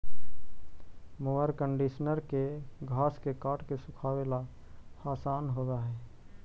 mower conditioner के घास के काट के सुखावे ला आसान होवऽ हई